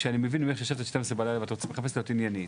כשאני מבין ממך שישבת עד חצות ואת מחפשת להיות עניינית,